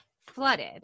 flooded